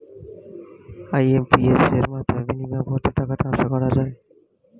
IMPS এর মাধ্যমে minimum কত টাকা ট্রান্সফার করা যায়?